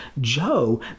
Joe